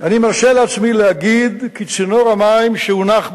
"אני מרשה לעצמי להגיד כי צינור המים שהונח בנגב"